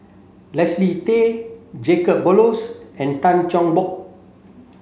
Leslie Tay Jacob Ballas and Tan Cheng Bock